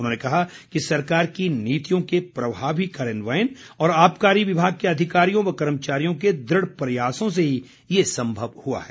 उन्होंने कहा कि सरकार की नीतियों के प्रभावी कार्यान्वयन और आबकारी विभाग के अधिकारियों व कर्मचारियों के दृढ़ प्रयासों से ही ये संभव हुआ है